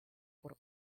por